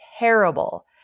terrible